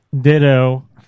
Ditto